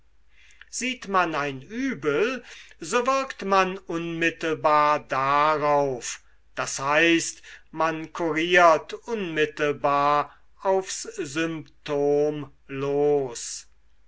sieht man ein übel so wirkt man unmittelbar darauf d h man kuriert unmittelbar aufs symptom los